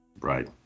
Right